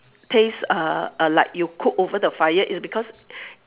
taste uh uh like you cook over the fire is because